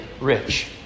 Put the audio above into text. Rich